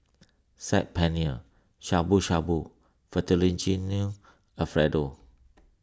Saag Paneer Shabu Shabu Fettuccine Alfredo